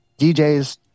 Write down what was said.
DJs